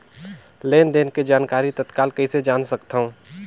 लेन देन के जानकारी तत्काल कइसे जान सकथव?